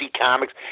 Comics